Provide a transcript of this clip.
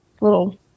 little